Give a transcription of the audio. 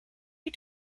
you